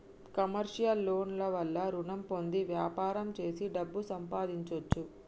commercial loan ల వల్ల రుణం పొంది వ్యాపారం చేసి డబ్బు సంపాదించొచ్చు